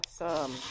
Awesome